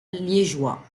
liégeois